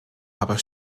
aber